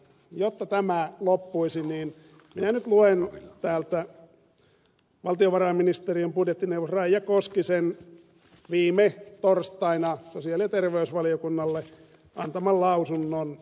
jotta tämä loppuisi niin minä nyt luen täältä valtiovarainministeriön budjettineuvoksen raija koskisen viime torstaina sosiaali ja terveysvaliokunnalle antaman lausunnon